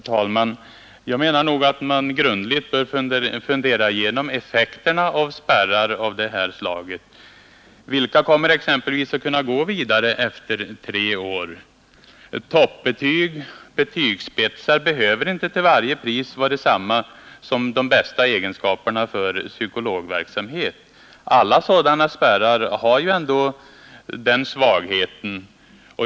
Herr talman! Jag menar nog att man grundligt bör fundera igenom effekterna av spärrar av detta slag. Vilka kommer exempelvis att kunna gå vidare efter tre års studier? Toppbetyg och betygsspetsar behöver inte till varje pris tyda på de lämpligaste egenskaperna för psykologverksamhet. Alla sådana spärrar har ändå den svagheten.